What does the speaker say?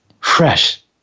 fresh